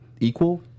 equal